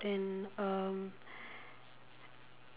um